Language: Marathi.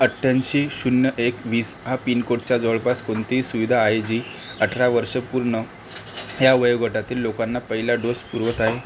अठ्ठ्याऐंशी शून्य एक वीस हा पिनकोडच्या जवळपास कोणती सुविधा आहे जी अठरा वर्षे पूर्ण या वयोगटातील लोकांना पहिला डोस पुरवत आहे